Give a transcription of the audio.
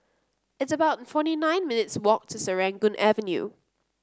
it's about forty nine minutes' walk to Serangoon Avenue